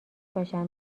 باشن